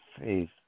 faith